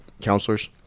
counselors